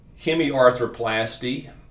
hemiarthroplasty